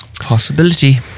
Possibility